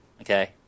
Okay